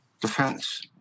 defense